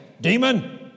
demon